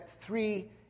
three